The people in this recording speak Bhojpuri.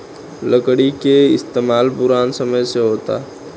लकड़ी के इस्तमाल पुरान समय से होता